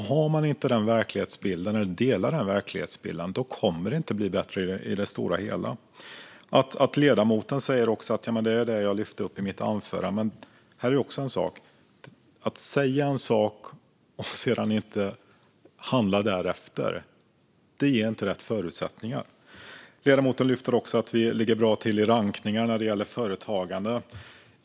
Delar man inte den verklighetsbilden kommer det inte att bli bättre i det stora hela. Ledamoten säger att det var det här han lyfte upp i sitt anförande, men här är också en sak: Att säga en sak och sedan inte handla därefter ger inte rätt förutsättningar. Ledamoten lyfter också upp att vi ligger bra till i rankningar när det gäller företagande.